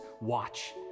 watch